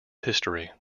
history